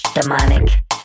Demonic